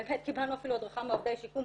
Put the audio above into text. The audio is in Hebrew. באמת קיבלנו אפילו הדרכה מעובדי השיקום,